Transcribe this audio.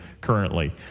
currently